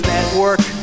Network